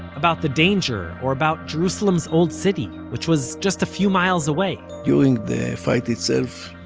about the danger or about jerusalem's old city, which was just a few miles away during the fight itself,